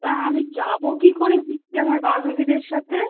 তা আমি যাবো কী করে ঘুরতে আমার বান্ধবীদের সাথে